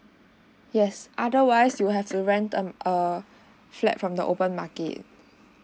yes otherwise you have to rent um err flat from the open market